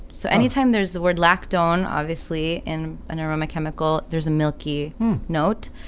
so anytime there's the word lack, don, obviously in an aroma chemical, there's a milky note,